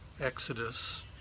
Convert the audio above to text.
Exodus